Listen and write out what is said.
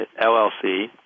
LLC